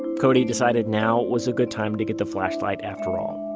cody decided now was a good time to get the flashlight after all.